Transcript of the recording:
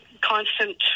constant